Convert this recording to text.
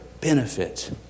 benefit